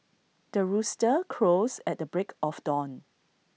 the rooster crows at the break of dawn